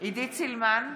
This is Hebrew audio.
עידית סילמן,